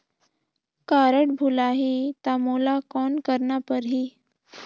Card भुलाही ता मोला कौन करना परही?